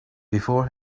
before